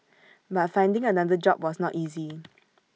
but finding another job was not easy